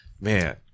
Man